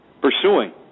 pursuing